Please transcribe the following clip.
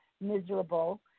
miserable